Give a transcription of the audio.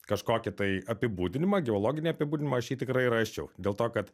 kažkokį tai apibūdinimą geologinį apibūdinimą aš tikrai rasčiau dėl to kad